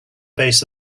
base